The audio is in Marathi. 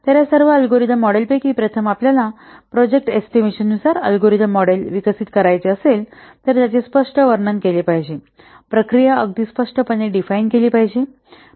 तर या सर्व अल्गोरिदम मॉडेलपैकी प्रथम आपल्याला प्रोजेक्ट एस्टिमेशनानुसार अल्गोरिदम मॉडेल विकसित करायचा असेल तर त्याचे स्पष्ट वर्णन केले पाहिजे प्रक्रिया अगदी स्पष्टपणे डिफाइन केली पाहिजे